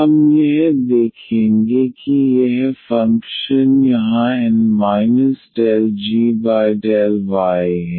हम यह देखेंगे कि यह फंक्शन यहाँ N ∂g∂y है